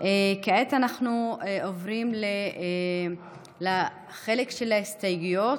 כעת אנחנו עוברים לחלק של ההסתייגויות,